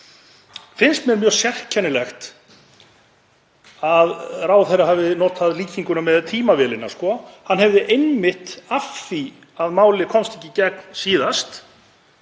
finnst mér mjög sérkennilegt að ráðherra hafi notað líkinguna um tímavélina. Hann hefði einmitt af því að málið komst ekki í gegn síðast,